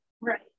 Right